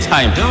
Time